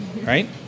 Right